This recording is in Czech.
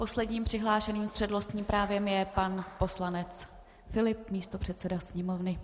Posledním přihlášeným s přednostním právem je pan poslanec Filip, místopředseda Sněmovny.